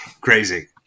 crazy